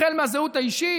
החל מהזהות האישית,